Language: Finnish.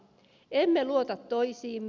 emme luota toisiimme